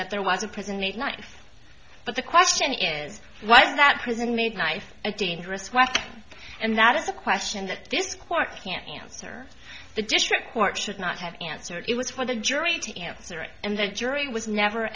that there was a prison made knife but the question is why was that prison made knife a dangerous weapon and that is a question that this court can't answer the district court should not have answered it was for the jury to answer it and the jury was never